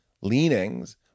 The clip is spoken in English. leanings